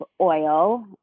oil